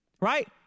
Right